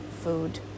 food